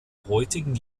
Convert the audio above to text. heutigen